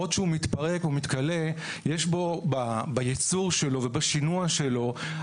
גבוהה ואנו רוצים לשמור על משאבי כדור הארץ.